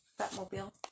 Batmobile